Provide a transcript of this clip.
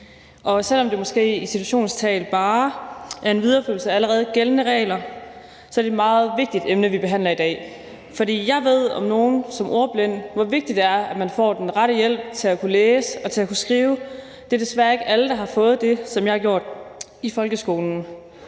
og selv om det, i citationstegn, bare er en videreførelse af allerede gældende regler, er det et meget vigtigt emne, vi behandler i dag. For som ordblind ved jeg om nogen, hvor vigtigt det er, at man får den rette hjælp til at kunne læse og til at kunne skrive. Det er desværre ikke alle, der i folkeskolen har fået det, som jeg har fået. For desværre